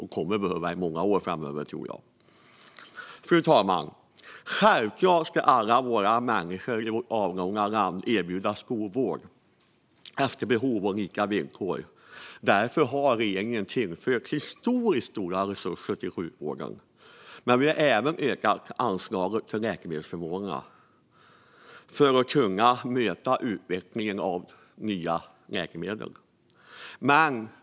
Det kommer vi att behöva i många år framöver, tror jag. Fru talman! Självklart ska alla människor i vårt avlånga land erbjudas god vård efter behov och på lika villkor. Därför har regeringen tillfört historiskt stora resurser till sjukvården men även ökat anslaget till läkemedelsförmånerna för att kunna möta utvecklingen av nya läkemedel.